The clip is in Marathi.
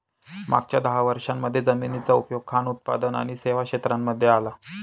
मागच्या दहा वर्षांमध्ये जमिनीचा उपयोग खान उत्पादक आणि सेवा क्षेत्रांमध्ये आला